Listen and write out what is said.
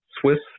Swiss